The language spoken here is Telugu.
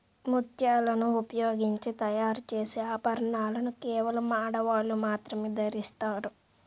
ముత్యాలను ఉపయోగించి తయారు చేసే ఆభరణాలను కేవలం ఆడవాళ్ళు మాత్రమే ధరిస్తారు